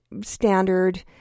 standard